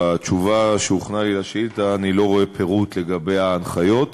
בתשובה שהוכנה לי על השאילתה אני לא רואה פירוט לגבי ההנחיות.